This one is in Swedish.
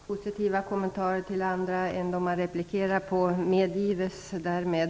Positiva kommentarer till andra än dem man replikerar på medgives härmed.